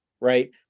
right